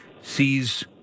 sees